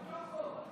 אותו חוק.